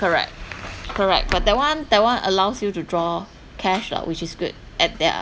correct correct but that one that one allows you to draw cash lah which is good at their